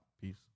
Peace